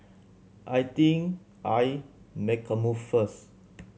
I think I make a move first